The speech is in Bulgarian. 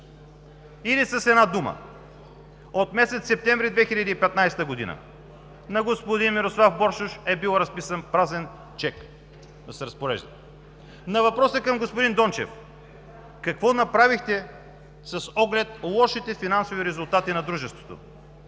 лв. С една дума, от месец септември 2015 г. на господин Мирослав Боршош е бил разписан празен чек да се разпорежда. На въпроса към господин Дончев: „Какво направихте с оглед лошите финансови резултати на дружеството?“,